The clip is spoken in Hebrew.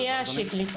שנייה שיקלי,